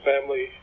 family